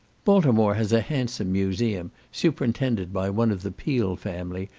baltimore has a handsome museum, superintended by one of the peale family,